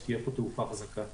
שתהיה פה תעופה חזקה.